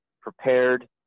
prepared